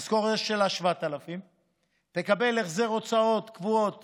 המשכורת שלה 3,000. היא תקבל החזר הוצאות קבועות